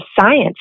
science